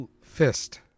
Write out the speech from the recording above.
Fist